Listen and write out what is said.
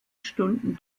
stunden